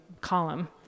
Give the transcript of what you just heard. column